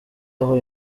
aho